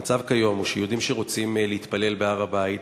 המצב כיום הוא שיהודים שרוצים להתפלל בהר-הבית,